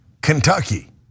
Kentucky